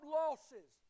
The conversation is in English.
losses